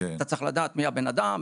אתה צריך לדעת מי הבן אדם,